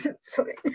Sorry